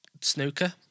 Snooker